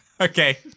Okay